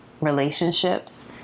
relationships